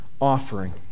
offering